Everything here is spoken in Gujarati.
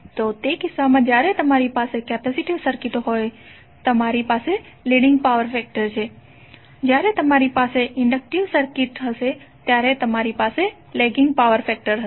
તો તે કિસ્સામાં જ્યારે તમારી પાસે કેપેસિટીવ સર્કિટ હોય ત્યારે તમારી પાસે લીડીંગ પાવર ફેક્ટર હશે જ્યારે તમારી પાસે ઇન્ડક્ટિવ સર્કિટ હશે ત્યારે તમારી પાસે લેગિંગ પાવર ફેક્ટર હશે